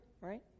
right